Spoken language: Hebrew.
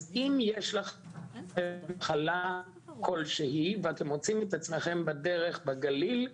אז אם יש לך בעיה כלשהי ואתם מוצאים את עצמיכם בדרך בגליל,